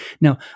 Now